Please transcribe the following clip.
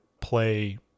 play